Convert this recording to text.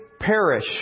perish